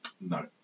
No